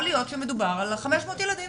יכול להיות שמדובר על 500 ילדים